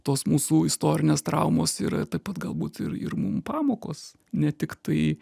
tos mūsų istorinės traumos yra taip pat galbūt ir ir mum pamokos ne tiktai